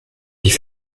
die